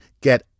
Get